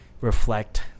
reflect